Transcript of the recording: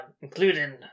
including